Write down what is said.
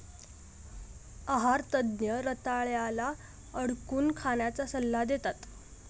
आहार तज्ञ रताळ्या ला उकडून खाण्याचा सल्ला देतात